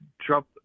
trump